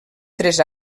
tres